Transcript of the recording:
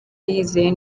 yizeye